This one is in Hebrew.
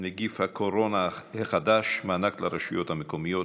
נגיף הקורונה החדש) (מענק לרשויות מקומיות),